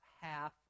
half